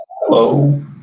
hello